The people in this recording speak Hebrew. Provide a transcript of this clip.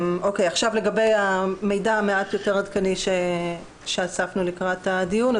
לגבי מידע מעט יותר עדכני שאספנו לקראת הדיון.